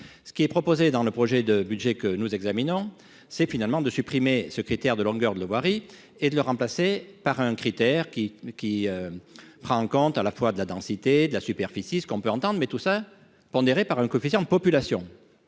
ce qui est proposé dans le projet de budget que nous examinons, c'est finalement de supprimer secrétaire de longueur de la voirie et de le remplacer par un critère qui qui prend en compte à la fois de la densité de la superficie, ce qu'on peut entendre, mais tout ça, pondéré par un coefficient de population,